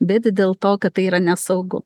bet dėl to kad tai yra nesaugu